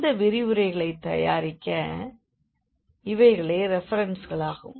இந்த விரிவுரைகளைத் தயாரிக்க இவைகளே ரெஃபரென்ஸ்களாகும்